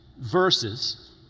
verses